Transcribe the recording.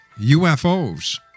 UFOs